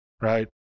right